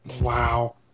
Wow